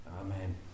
Amen